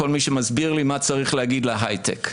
כל מי שמסביר לי מה צריך להגיד להיי-טק.